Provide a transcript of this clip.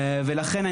לכן,